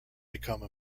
become